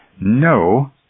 No